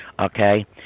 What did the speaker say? Okay